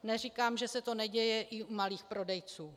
Neříkám, že se to neděje i u malých prodejců.